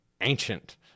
ancient